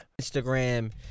Instagram